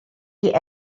die